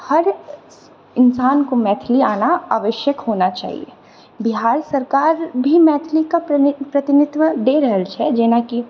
हर इन्सान को मैथिली आना आवश्यक होना चाहिए बिहार सरकार भी मैथिलीके प्रतिनिधित्व देइ रहल छै जेनाकि